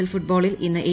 L ഫൂട്ബോളിൽ ഇന്ന് A